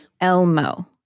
Elmo